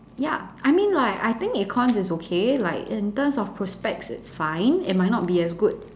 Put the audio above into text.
ya I mean like I think econs is okay like in terms of prospects it's fine it might not be as good